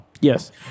Yes